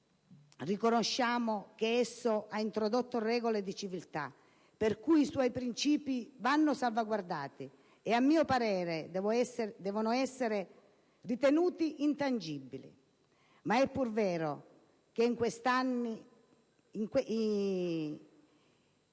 riconosciamo che esso ha introdotto regole di civiltà, per cui i suoi principi vanno salvaguardati e - a mio parere - devono essere ritenuti intangibili. Ma è pur vero che in quarant'anni